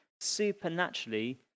supernaturally